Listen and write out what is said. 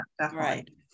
Right